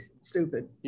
stupid